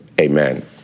Amen